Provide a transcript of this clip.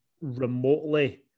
remotely